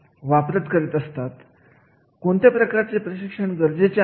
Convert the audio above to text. यामध्ये कोणत्या प्रकारची माहिती गरजेची आहे